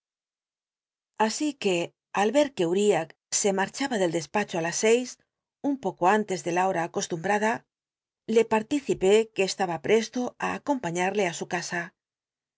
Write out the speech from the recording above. así al er que uiah se marchaba del despacho í las sei un poco anles de la hora acoslumbada le participé que estaba presto i acompaiíarlc ü su casa